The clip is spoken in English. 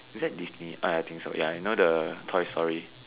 is that Disney uh ya I think so you know like the toy-story